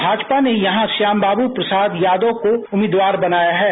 भाजपी ने यहां से श्यामबाबू प्रसाद यादव को उम्मीदवार बनाया है ै